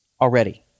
already